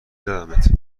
زدمت